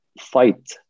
fight